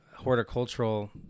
horticultural